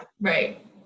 Right